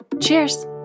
cheers